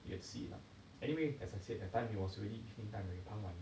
you could see lah anyway as I said that time it was already evening time already 傍晚